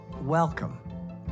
welcome